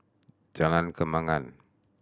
Jalan Kembangan